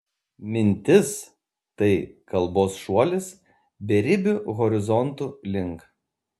mintis tai kalbos šuolis beribių horizontų link